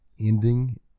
ending